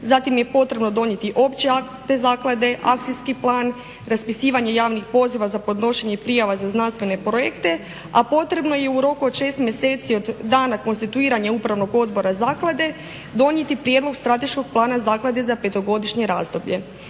Zatim je potrebno donijeti opći akt te zaklade, akcijski plan, raspisivanje javnih poziva za podnošenje prijava za znanstvene projekte, a potrebno je i u roku od šest mjeseci od dana konstituiranja Upravnog odbora zaklade donijeti prijedlog strateškog plana zaklade za petogodišnje razdoblje.